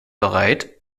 bereit